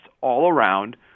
all-around